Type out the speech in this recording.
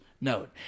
note